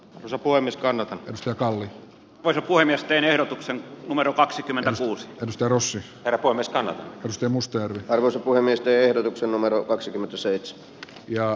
osa poimi scan auton kanssa kalle varapuhemiesten ehdotuksen numero kaksikymmentä osuus perussyy voi myöskään este musta taivas voi myös tehdä numero kaksikymmentä seits ja